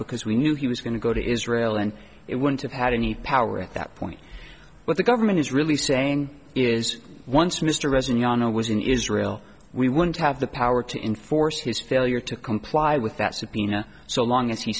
because we knew he was going to go to israel and it wouldn't have had any power at that point where the government is really saying is once mr reza yano was in israel we wouldn't have the power to enforce his failure to comply with that subpoena so long as he